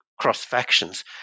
cross-factions